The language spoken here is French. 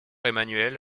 emmanuelle